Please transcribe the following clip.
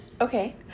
Okay